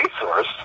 resource